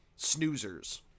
snoozers